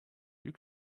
you